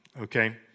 Okay